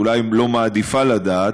אולי מעדיפה לא לדעת,